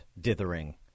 dithering